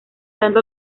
tanto